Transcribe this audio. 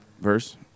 verse